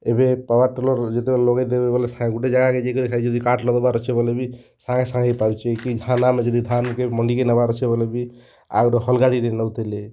ଏବେ power tiller ଯେତେବେଲେ ଲଗାଇ ଦେବେ ବୋଲେ ସା ଗୁଟେ ଜାଗେ କେ ଯାଇକରି ଯଦି କାଠ ଲଗାଇ ବାର ଅଛେ ବୋଲେ ବି ସାଙ୍ଗେ ସାଙ୍ଗେ ହେଇ ପାରୁଛି କି ଧାନ ଆମେ ଯଦି ଧାନ କେ ମଣ୍ଡି କି ନବାର ଅଛି ବୋଲେ ବି ଆଗରୁ ହଲ୍ ଗାଡ଼ି ରେ ନଉଥିଲେ